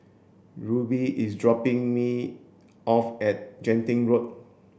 Rubye is dropping me off at Genting Road